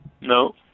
No